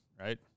right